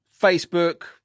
Facebook